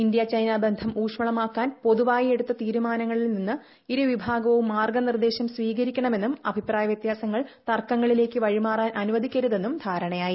India China ബന്ധം ഉൌഷ്മളമാക്കാൻ പൊതുവായി എടുത്ത തീരുമാനങ്ങളിൽ നിന്ന് ഇരുവിഭാഗ്ലവും മാർഗ്ഗനിർദ്ദേശം സ്വീകരിക്കണമെന്നും അഭിപ്രായ വ്യത്യാസ്ങ്ങൾ തർക്കങ്ങളിലേക്ക് വഴിമാറാൻ അനുവദിക്കരുതെന്നും ധൃാത്ത്ണിയായി